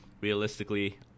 Realistically